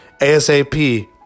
ASAP